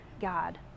God